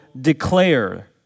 declare